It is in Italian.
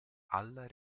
alla